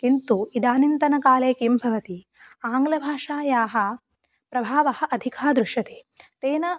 किन्तु इदानींतनकाले किं भवति आङ्ग्लभाषायाः प्रभावः अधिकः दृश्यते तेन